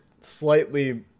slightly